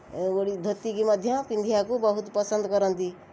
ଏ ଧୋତିକୁ ମଧ୍ୟ ପିନ୍ଧିବାକୁ ବହୁତ ପସନ୍ଦ କରନ୍ତି